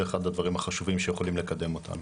אחד הדברים החשובים שיכולים לקדם אותנו.